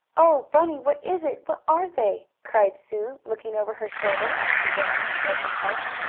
oh, bunny! what is it? what are they? cried sue, looking over her shoulder as she ran toward the house.